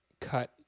cut